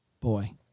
Boy